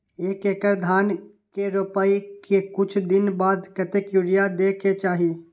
एक एकड़ धान के रोपाई के कुछ दिन बाद कतेक यूरिया दे के चाही?